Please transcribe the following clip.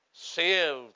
Saved